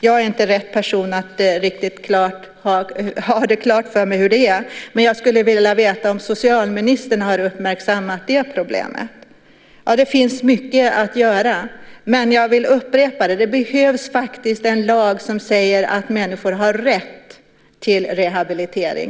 Jag är inte rätt person att ha riktigt klart för mig hur det är. Men jag skulle vilja veta om socialministern har uppmärksammat det problemet. Det finns mycket att göra. Men jag vill upprepa att det faktiskt behövs en lag där det sägs att människor har rätt till rehabilitering.